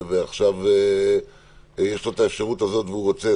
ועכשיו יש לו את האפשרות הזאת והוא רוצה,